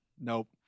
Nope